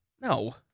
No